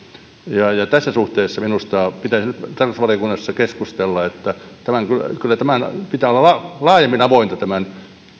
tässä suhteessa minusta pitäisi nyt tarkastusvaliokunnassa keskustella että kyllä kyllä pitää olla laajemmin avointa tämän